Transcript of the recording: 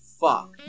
fuck